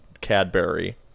Cadbury